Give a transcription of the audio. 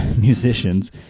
musicians